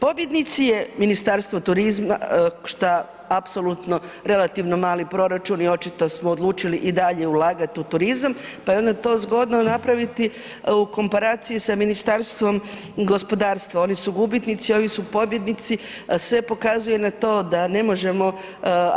Pobjednici su Ministarstvo turizma, šta apsolutno relativno mali proračun i očito smo odlučili i dalje ulagati u turizam pa je onda to zgodno napraviti u komparaciji sa Ministarstvom gospodarstva, oni su gubitnici, ovi su pobjednici a sve pokazuje na to da ne možemo